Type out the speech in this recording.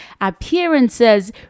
appearances